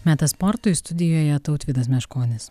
metas sportui studijoje tautvydas meškonis